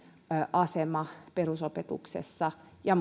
asema perusopetuksessa ja